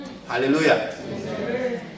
Hallelujah